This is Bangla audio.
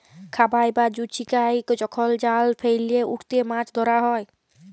খাবাই বা জুচিকাই যখল জাল ফেইলে উটতে মাছ ধরা হ্যয়